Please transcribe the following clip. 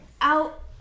out